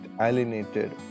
alienated